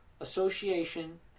association